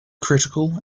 critical